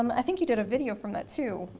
um i think you did a video from that, too,